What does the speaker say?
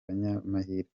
banyamahirwe